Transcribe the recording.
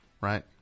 right